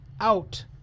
out